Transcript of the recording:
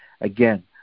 again